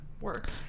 work